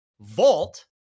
Vault